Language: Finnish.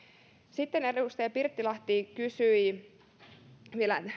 sitten edustaja pirttilahti kysyi vielä